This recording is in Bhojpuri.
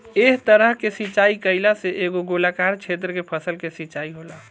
एह तरह के सिचाई कईला से एगो गोलाकार क्षेत्र के फसल के सिंचाई होला